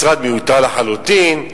משרד מיותר לחלוטין.